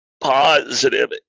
positive